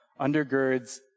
undergirds